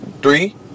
three